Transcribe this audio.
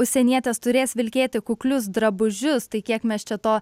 užsienietės turės vilkėti kuklius drabužius tai kiek mes čia to